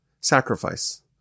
sacrifice